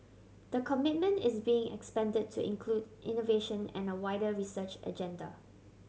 the commitment is being expanded to include innovation and a wider research agenda